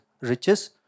riches